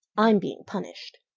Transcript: i'm being punished.